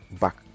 back